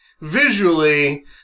visually